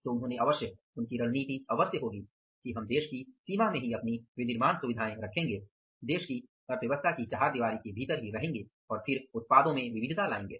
तो उन्होंने अवश्य उनकी रणनीति अवश्य होगी कि हम देश की सीमा में ही अपनी विनिर्माण सुविधा रखेंगे देश की चहारदीवारी के भीतर ही रहेंगे और फिर विविधता लायेंगे